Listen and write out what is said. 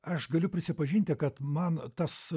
aš galiu prisipažinti kad man tas